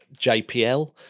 JPL